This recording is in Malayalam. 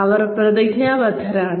അവർ പ്രതിജ്ഞാബദ്ധരാണ്